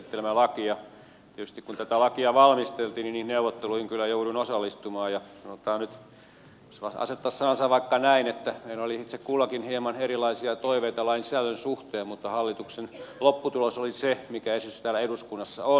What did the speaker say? tietysti kun tätä lakia valmisteltiin niin niihin neuvotteluihin kyllä jouduin osallistumaan ja sanotaan nyt jos voisi asettaa sanansa vaikka näin että meillä oli itse kullakin hieman erilaisia toiveita lain sisällön suhteen mutta hallituksen lopputulos oli se mikä esitys täällä eduskunnassa on